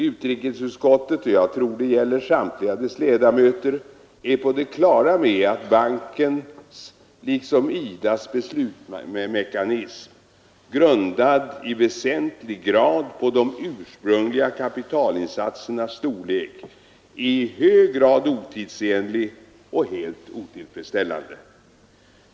Utrikesutskottet — jag tror det gäller samtliga dess ledamöter — är på det klara med att bankens liksom IDA:s beslutsmekanism, grundad i väsentlig grad på de ursprungliga kapitalinsatsernas storlek, är i hög grad otidsenlig och helt otillfredsställande.